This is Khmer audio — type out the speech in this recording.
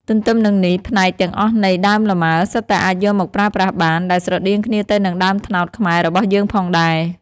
ទន្ទឹមនឹងនេះផ្នែកទាំងអស់នៃ ដើមលម៉ើ សុទ្ធតែអាចយកមកប្រើប្រាស់បាន ដែលស្រដៀងគ្នាទៅនឹងដើមត្នោតខ្មែរបស់រយើងផងដែរ។